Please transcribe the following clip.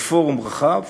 בפורום רחב